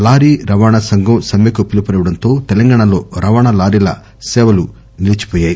lorry రవాణా సంఘం సమ్మెకు పిలుపునివ్వటంతో తెలంగాణలో రవాణా లారీల సేవలు నిలిచిపోయాయి